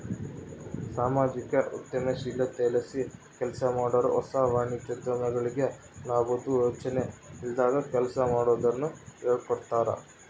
ಸಾಮಾಜಿಕ ಉದ್ಯಮಶೀಲತೆಲಾಸಿ ಕೆಲ್ಸಮಾಡಾರು ಹೊಸ ವಾಣಿಜ್ಯೋದ್ಯಮಿಗಳಿಗೆ ಲಾಬುದ್ ಯೋಚನೆ ಇಲ್ದಂಗ ಕೆಲ್ಸ ಮಾಡೋದುನ್ನ ಹೇಳ್ಕೊಡ್ತಾರ